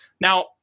Now